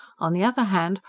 on the other hand,